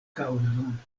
kaŭzon